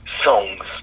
songs